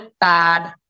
bad